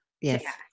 Yes